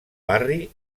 barri